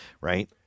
right